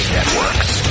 Networks